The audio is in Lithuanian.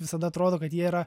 visada atrodo kad jie yra